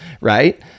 right